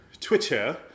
Twitter